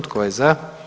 Tko je za?